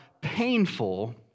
painful